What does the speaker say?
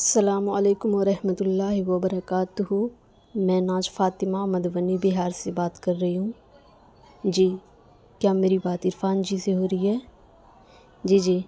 السلام علیکم ورحمتۃ اللہ وبرکاتہ میں ناز فاطمہ مدھونی بہار سے بات کر رہی ہوں جی کیا میری بات عرفان جی سے ہو رہی ہے جی جی